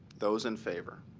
those in favor.